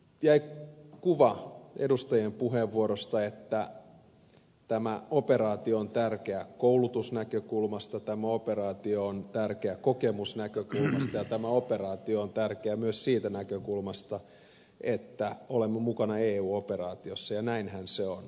jäi kuva edustajien puheenvuoroista että tämä operaatio on tärkeä koulutusnäkökulmasta tämä operaatio on tärkeä kokemusnäkökulmasta ja tämä operaatio on tärkeä myös siitä näkökulmasta että olemme mukana eu operaatiossa ja näinhän se on